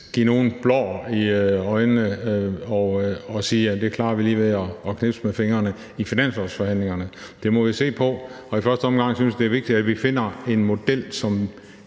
stikke nogen blår i øjnene og sige, at det klarer vi lige i finanslovsforhandlingerne ved at knipse med fingrene. Det må vi se på. I første omgang synes jeg, det er vigtigt, at vi finder en model,